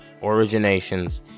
originations